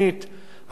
ושצריכים פה לשנות.